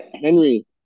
Henry